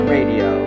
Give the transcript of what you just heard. Radio